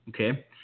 Okay